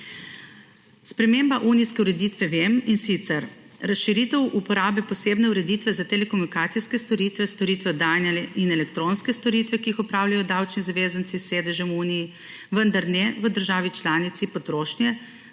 sprememba unijske ureditve Vem, in sicer razširitev uporabe posebne ureditve za telekomunikacijske storitve, storitve oddajanja in elektronske storitve, ki jih opravljajo davčni zavezanci s sedežem v Uniji, vendar ne v državi članici potrošnje,